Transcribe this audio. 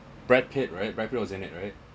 brad pitt right brad pitt was in it right